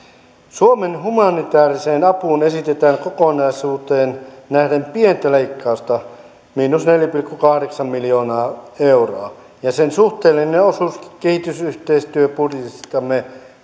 suomen humanitääriseen apuun esitetään kokonaisuuteen nähden pientä leikkausta miinus neljä pilkku kahdeksan miljoonaa euroa ja sen suhteellinen osuus kehitysyhteistyöbudjetistamme